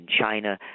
China